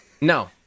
No